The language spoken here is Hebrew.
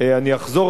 אני אחזור על זה,